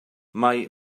mae